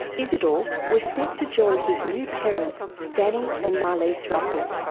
izidor was set to join his new parents danny and marlys ruckel.